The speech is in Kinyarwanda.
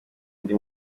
ndi